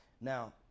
Now